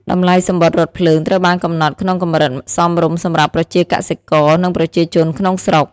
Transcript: តម្លៃសំបុត្ររថភ្លើងត្រូវបានកំណត់ក្នុងកម្រិតសមរម្យសម្រាប់ប្រជាកសិករនិងប្រជាជនក្នុងស្រុក។